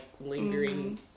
lingering